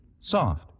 Soft